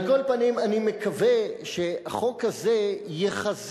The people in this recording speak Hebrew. על כל פנים, אני מקווה שהחוק הזה יחזק